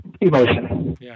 emotion